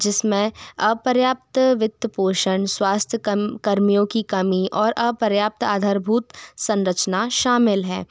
जिसमें अपर्याप्त वित्तपोषण स्वास्थ्य कर्मियों की कमी और अपर्याप्त आधरभूत संरचना शामिल हैं